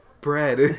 bread